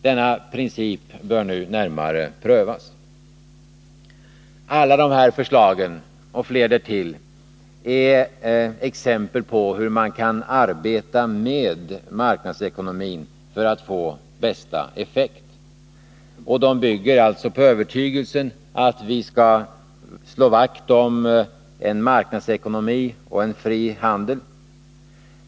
Denna princip bör nu närmare prövas. Alla dessa förslag och fler därtill är exempel på hur man kan arbeta med marknadsekonomin för att få bästa effekt. De bygger på övertygelsen att vi skall slå vakt om en marknadsekonomi och en fri handel.